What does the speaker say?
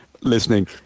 listening